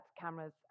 cameras